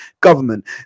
government